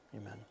amen